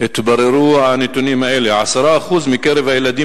התבררו הנתונים האלה: 10% מקרב הילדים